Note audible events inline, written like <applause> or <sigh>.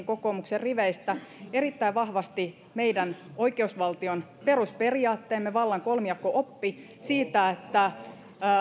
<unintelligible> kokoomuksen riveistä erittäin vahvasti meidän oikeusvaltion perusperiaate vallan kolmijako oppi se että